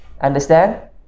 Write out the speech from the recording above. understand